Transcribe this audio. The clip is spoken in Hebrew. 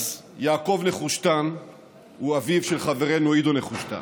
אז יעקב נחושתן הוא אביו של חברנו עידו נחושתן,